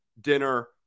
dinner